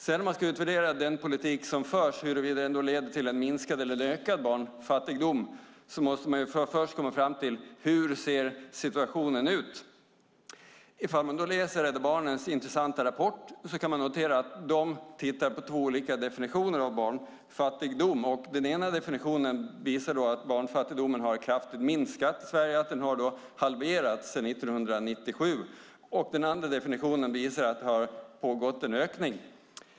För att kunna utvärdera om den politik som förs leder till minskad eller ökad barnfattigdom måste man först komma fram till hur situationen ser ut. Läser man Rädda Barnens intressanta rapport kan man notera att Rädda Barnen tittar på två olika definitioner av barnfattigdom. Den ena definitionen visar att barnfattigdomen i Sverige har minskat kraftigt - den har halverats sedan 1997. Den andra definitionen visar att det har varit en ökning.